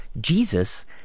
Jesus